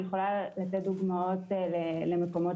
אני יכולה להציג דוגמאות שונות על מקומות